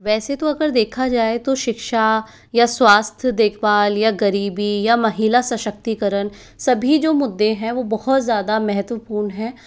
वैसे तो अगर देखा जाए तो शिक्षा या स्वास्थ्य देखभाल या गरीबी या महिला सशक्तिकरण सभी जो मुद्दे है वो बहुत ज़्यादा महत्वपूर्ण हैं